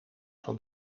van